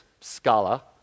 Scala